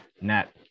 net